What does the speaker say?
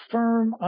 firm